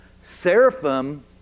Seraphim